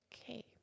okay